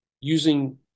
using